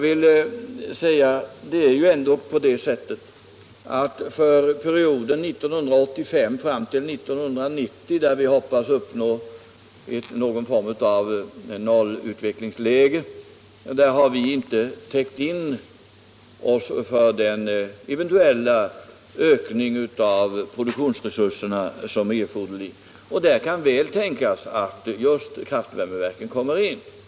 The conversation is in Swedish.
För perioden 1985 och fram till 1990, då vi hoppas uppnå någon form av nollutvecklingsläge på energiområdet har vi inte täckt in oss för den eventuella ökning av produktionsresurserna som är erforderlig, och det kan väl tänkas att just kraftvärmeverken kommer in i detta skede.